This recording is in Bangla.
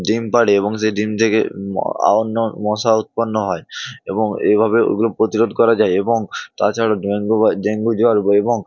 ডিম পাড়ে এবং সে ডিম থেকে আরও অন্য মশা উৎপন্ন হয় এবং এইভাবে ওগুলো প্রতিরোধ করা যায় এবং তাছাড়াও ডেঙ্গু বা ডেঙ্গু জ্বর এবং